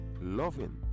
loving